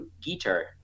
guitar